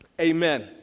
Amen